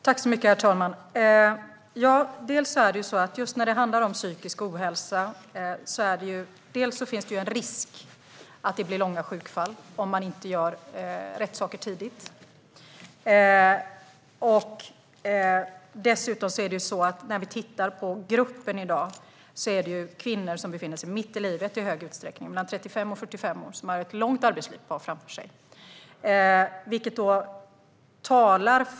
Herr talman! I fråga om psykisk ohälsa finns en risk för långa sjukfall om inte rätt saker görs tidigt. Vi kan i dag se att gruppen i hög utsträckning består av kvinnor mitt i livet, 35-45 år, med ett långt arbetsliv kvar framför sig.